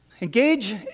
engage